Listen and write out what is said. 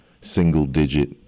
single-digit